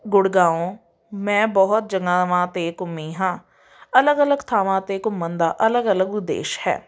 ਗੁੜਗਾਉਂ ਮੈਂ ਬਹੁਤ ਜਗ੍ਹਾਵਾਂ 'ਤੇ ਘੁੰਮੀ ਹਾਂ ਅਲੱਗ ਅਲੱਗ ਥਾਵਾਂ 'ਤੇ ਘੁੰਮਣ ਦਾ ਅਲੱਗ ਅਲੱਗ ਉਦੇਸ਼ ਹੈ